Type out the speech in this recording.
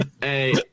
Hey